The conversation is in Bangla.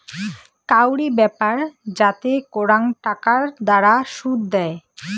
কাউরি ব্যাপার যাতে করাং টাকার দ্বারা শুধ দেয়